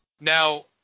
Now –